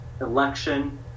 election